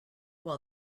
while